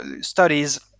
studies